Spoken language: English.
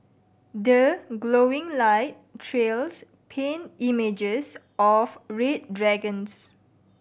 the glowing light trails paint images of red dragons